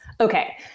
Okay